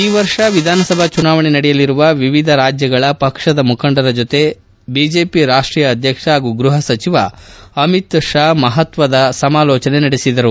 ಈ ವರ್ಷ ಎಧಾನಸಭಾ ಚುನಾವಣೆ ನಡೆಯಲಿರುವ ವಿವಿಧ ರಾಜ್ಯಗಳ ಪಕ್ಷದ ಮುಖಂಡರ ಜೊತೆ ಬಿಜೆಪಿ ರಾಷ್ಲೀಯ ಅಧ್ಯಕ್ಷ ಪಾಗೂ ಗ್ಟಪಸಚಿವ ಅಮಿತ್ ಷಾ ಮಹತ್ತದ ಸಮಾಲೋಚನೆ ನಡೆಸಿದರು